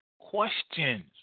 questions